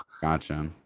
gotcha